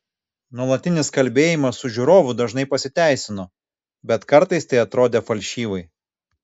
nuolatinis kalbėjimas su žiūrovu dažnai pasiteisino bet kartais tai atrodė falšyvai